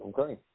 Okay